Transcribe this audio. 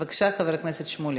בבקשה, חבר הכנסת שמולי.